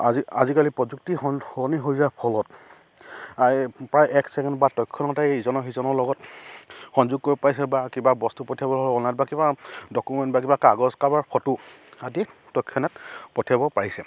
আজি আজিকালি প্ৰযুক্তি সলনি হৈ যোৱাৰ ফলত প্ৰায় এক ছেকেণ্ড বা তৎক্ষণাতে ইজনৰ সিজনৰ লগত সংযোগ কৰিব পাৰিছে বা কিবা বস্তু পঠিয়াবলৈ অন্য বা কিবা ডকুমেণ্ট বা কিবা কাগজ কাৰোবাৰ ফটো আদি তৎক্ষণাত পঠিয়াব পাৰিছে